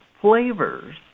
flavors